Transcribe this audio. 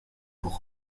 pour